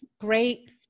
great